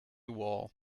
wall